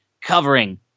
covering